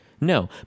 No